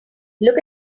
look